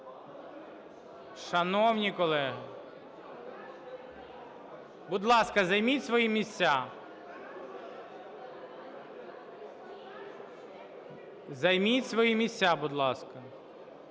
Шановні колеги, будь ласка, займіть свої місця. Займіть свої місця, будь ласка.